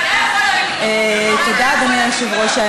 תודה, אדוני היושב-ראש.